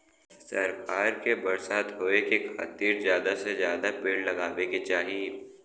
सरकार के बरसात होए के खातिर जादा से जादा पेड़ लगावे के चाही